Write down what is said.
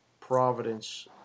Providence